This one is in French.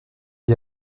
d’y